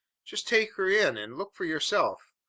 just take her in and look for yourself!